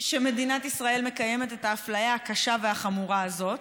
שמדינת ישראל מקיימת את האפליה הקשה והחמורה הזאת,